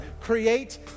Create